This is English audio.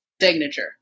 Signature